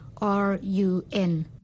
R-U-N